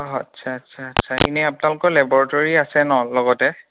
অঁ আচ্ছা আচ্ছা আচ্ছা এনে আপোনালোকৰ লেবৰেটৰী আছে ন লগতে